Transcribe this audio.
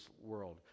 world